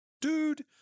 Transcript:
dude